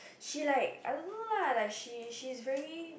she like I don't know lah like she is she is very